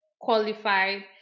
qualified